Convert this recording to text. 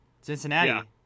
Cincinnati